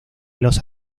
los